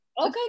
okay